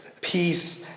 peace